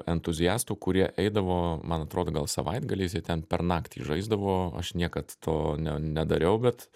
entuziastų kurie eidavo man atrodo gal savaitgaliais jie ten per naktį žaisdavo aš niekad to ne nedariau bet